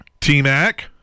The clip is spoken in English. T-Mac